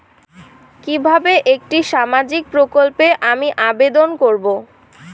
কিভাবে একটি সামাজিক প্রকল্পে আমি আবেদন করব?